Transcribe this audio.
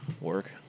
Work